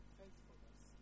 faithfulness